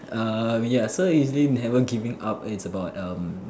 err ya so it's never giving up is about um